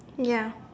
ya